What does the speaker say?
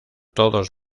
todos